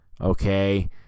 okay